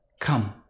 come